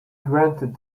granted